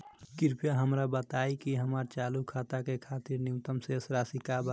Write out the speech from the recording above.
कृपया हमरा बताइ कि हमार चालू खाता के खातिर न्यूनतम शेष राशि का बा